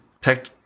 tech